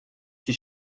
qui